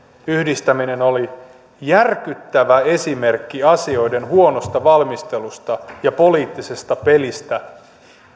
yhdistäminen oli järkyttävä esimerkki asioiden huonosta valmistelusta ja poliittisesta pelistä